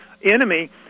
enemy